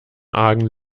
argen